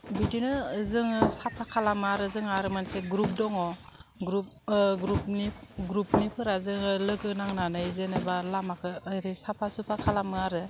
बिदिनो जोङो साफा खालामो आरो जोंहा आरो मोनसे ग्रुप दङ ग्रुप ग्रुपनि ग्रुपनिफोरा जोङो लोगो नांनानै जेनेबा लामाखौ ओरै साफा सुफा खालामो आरो